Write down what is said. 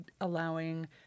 allowing